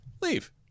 leave